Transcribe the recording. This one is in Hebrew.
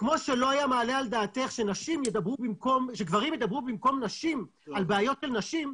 כמו שלא היה עולה על דעתך שגברים ידברו במקום נשים על בעיות של נשים,